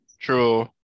True